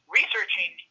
researching